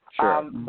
Sure